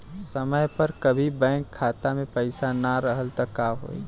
समय पर कभी बैंक खाता मे पईसा ना रहल त का होई?